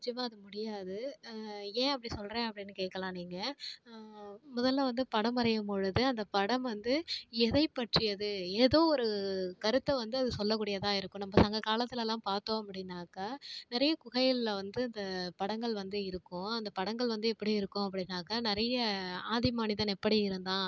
நிச்சியமாக அது முடியாது ஏன் அப்படி சொல்லுறேன் அப்படின்னு கேட்கலாம் நீங்கள் முதலில் வந்து படம் வரையும் பொழுது அந்த படம் வந்து எதைப்பற்றியது ஏதோ ஒரு கருத்தை வந்து அது சொல்லக்கூடியதாக இருக்கும் நம்ப சங்க காலத்துலலாம் பார்த்தோம் அப்படின்னாக்க நிறைய குகைகளில் வந்து இந்த படங்கள் வந்து இருக்கும் அந்த படங்கள் வந்து எப்படி இருக்கும் அப்படின்னாக்க நிறைய ஆதி மனிதன் எப்படி இருந்தான்